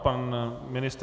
Pan ministr?